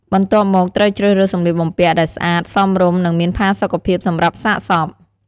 បន្ទាប់មកត្រូវជ្រើសរើសសម្លៀកបំពាក់ដែលស្អាត សមរម្យ និងមានផាសុកភាពសម្រាប់សាកសព។